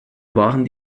waren